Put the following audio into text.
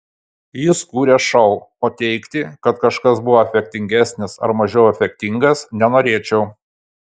jis kūrė šou o teigti kad kažkas buvo efektingesnis ar mažiau efektingas nenorėčiau